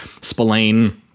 Spillane